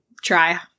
try